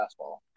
fastball